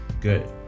good